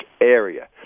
area